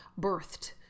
birthed